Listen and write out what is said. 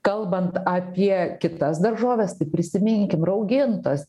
kalbant apie kitas daržoves tai prisiminkim raugintas